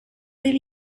del